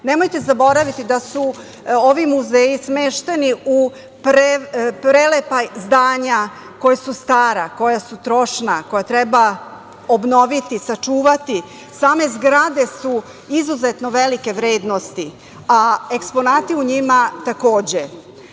godine. Nemojte zaboraviti da su ovi muzeji smešteni u prelepa zdanja koja su stara, trošna, koja treba obnoviti, sačuvati. Same zgrade su izuzetno velike vrednosti, a eksponati u njima takođe. Što